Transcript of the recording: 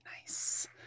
Nice